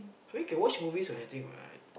I mean can watch movies or anything what